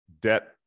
debt